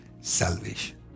salvation